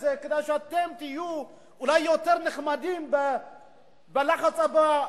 זה כדי שאתם תהיו אולי יותר נחמדים בלחץ הבא,